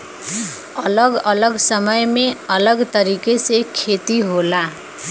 अलग अलग समय में अलग तरीके से खेती होला